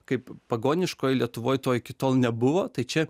kaip pagoniškoj lietuvoj toj iki tol nebuvo tai čia